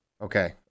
okay